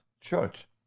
Church